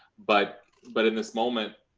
but but in this moment,